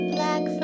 Black